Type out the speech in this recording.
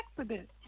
accident